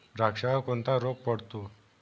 द्राक्षावर कोणता रोग पडतो?